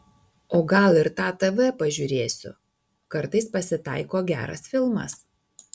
o gal ir tą tv pažiūrėsiu kartais pasitaiko geras filmas